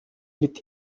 mit